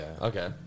Okay